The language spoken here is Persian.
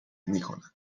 میکند